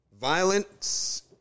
Violence